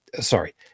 sorry